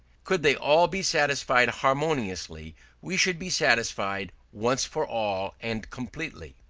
could they all be satisfied harmoniously we should be satisfied once for all and completely.